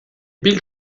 bill